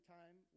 time